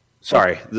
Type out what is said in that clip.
Sorry